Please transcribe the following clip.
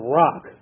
rock